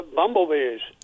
bumblebees